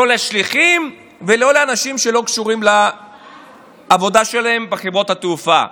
לא לשליחים ולא לאנשים שלא קשורים בעבודה שלהם בחברות התעופה.